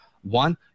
one